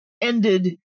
ended